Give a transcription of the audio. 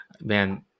Man